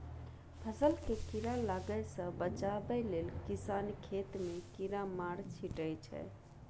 फसल केँ कीड़ा लागय सँ बचाबय लेल किसान खेत मे कीरामार छीटय छै